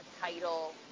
title